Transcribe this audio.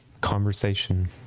conversation